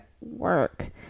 work